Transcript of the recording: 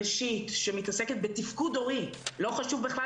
ראשית שמתעסקת בתפקוד הורי לא חשוב בכלל